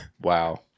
Wow